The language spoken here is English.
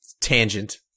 Tangent